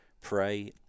pray